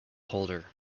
holder